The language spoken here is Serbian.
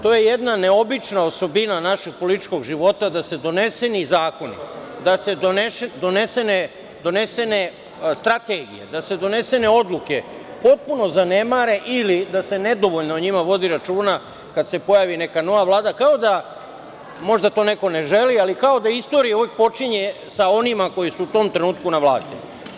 To je jedna neobična osobina našeg političkog života, da se doneseni zakoni, da se donesene strategije, da se donesene odluke potpuno zanemare ili da se nedovoljno o njima vodi računa kada se pojavi neka nova Vlada, kao da, možda to neko ne želi, ali kao da istoriju uvek počinje sa onima koji su u tom trenutku na vlasti.